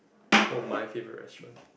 oh my favourite restaurant